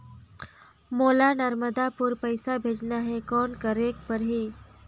मोला नर्मदापुर पइसा भेजना हैं, कौन करेके परही?